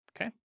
Okay